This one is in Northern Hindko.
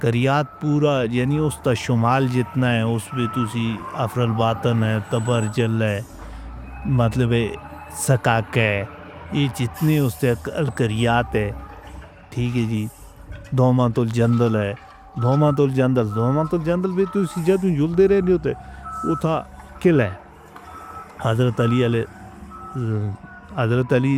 کریات پورا یانی اُسدا سومال جِتنا ہے اُس وے تسی افرل واٹن ہے تبر جل ہے مطلب وے سکا کے یے جِتنی اُسسے کریات ہے ٹھیک ہے جی دوما تو جنگل ہے۔ قلعہ ہدر تلی